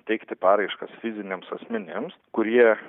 teikti paraiškas fiziniams asmenims kurie